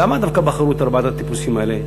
למה דווקא בחרו את ארבעת הטיפוסים האלה,